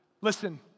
listen